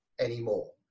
anymore